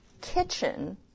kitchen